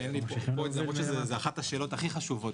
אין לי פה --- למרות שזאת אחת הכי חשובות,